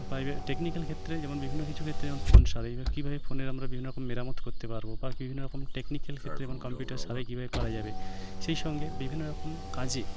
পাইভেট technical ক্ষেত্রে যেমন বিভিন্ন কিছু ক্ষেত্রে যেমন ফোন কীভাবে ফোনের আমরা বিভিন্ন রকম মেরামত করতে পারবো বা বিভিন্ন রকম টেকনিক্যাল ক্ষেত্রে যেমন কাম্পিউটার সারাই কীভাবে করা যাবে সেই সঙ্গে বিভিন্ন রকম কাজে